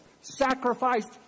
sacrificed